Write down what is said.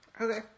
Okay